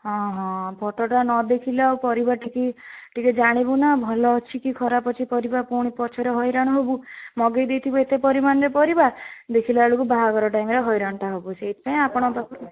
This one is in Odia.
ହଁ ହଁ ଫୋଟୋଟା ନ ଦେଖିଲେ ଆଉ ପରିବାଟି ଟିକେ ଜାଣିବୁ ନା ଭଲ ଅଛି କି ଖରାପ୍ ଅଛି ପରିବା ପୁଣି ପଛରେ ହଇରାଣ ହେବୁ ମଗେଇ ଦେଇଥିବେ ଏତେ ପରିମାଣରେ ପରିବା ଦେଖିଲାବେଳକୁ ବାହାଘର ଟାଇମ୍ରେ ହଇରାଣଟା ହେବୁ ସେଇଥିପାଇଁ ଆପଣଙ୍କ ପାଖକୁ